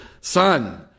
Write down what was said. son